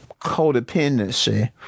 Codependency